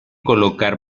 colocar